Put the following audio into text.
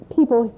People